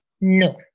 no